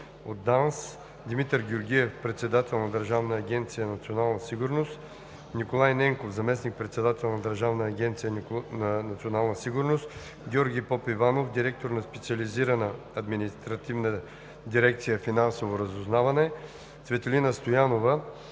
Димитър Георгиев – председател на Държавна агенция „Национална сигурност“, Николай Ненков – заместник-председател на Държавна агенция „Национална сигурност“, Георги Попиванов – директор на Специализирана административна дирекция „Финансово разузнаване“, Цветелина Стоянова